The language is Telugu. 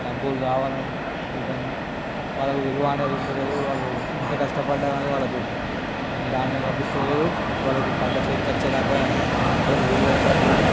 డబ్బులు రావాలని వాళ్ళకి విలువ అనేది ఉంటలేదు వాళ్ళు ఇంత కష్టపడ్డ కానీ ధాన్య లభిస్తలేదు వాళ్ళకు పంట చేతికి వచ్చేదాకా కానీ వాళ్ళకి విలువ ఉండట్లేదు